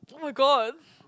[oh]-my-god